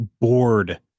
bored